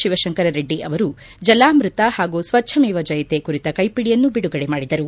ಶಿವಶಂಕರರೆಡ್ಡಿ ಅವರು ಜಲಾಮೃತ ಪಾಗೂ ಸ್ವಜ್ಞಮೇವ ಜಯತೆ ಕುರಿತ ಕೈಪಿಡಿಯನ್ನು ಬಿಡುಗಡೆ ಮಾಡಿದರು